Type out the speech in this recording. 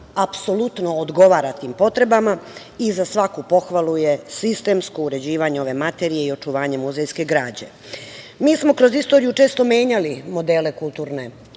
apsolutno odgovara tim potrebama i za svaku pohvalu je sistemsko uređivanje ove materije i očuvanje muzejske građe. Mi smo kroz istoriju često menjali modele kulturne